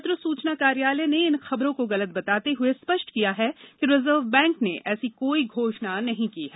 पत्र सूचना कार्यालय ने इन खबरों को गलत बताते हुए स्पष्ट किया है कि रिजर्व बैंक ने ऐसी कोई घोषणा नहीं की है